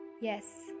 Yes